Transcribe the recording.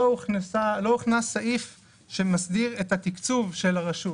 הוכנס סעיף שמסדיר את התקצוב של הרשות.